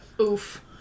Oof